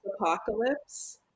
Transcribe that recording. apocalypse